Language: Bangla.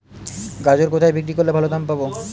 গাজর কোথায় বিক্রি করলে ভালো দাম পাব?